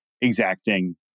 exacting